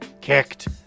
kicked